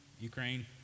Ukraine